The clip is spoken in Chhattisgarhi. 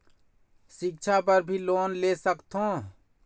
सिक्छा बर भी लोन ले सकथों?